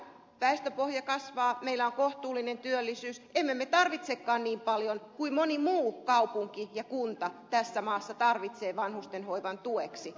meillä väestöpohja kasvaa meillä on kohtuullinen työllisyys emme me tarvitsekaan niin paljon kuin moni muu kaupunki ja kunta tässä maassa tarvitsee vanhustenhoivan tueksi